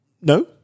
No